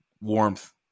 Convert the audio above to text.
warmth